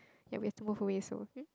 ya we have to move away so